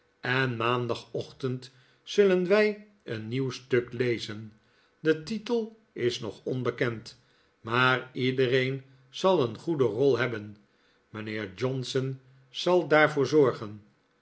en maandagochtend zullen wij een nieuw stuk lezen de titel is nog onbekend maar iedereen zal een goede rol hebben mijnheer johnson zal daarvoor zorgen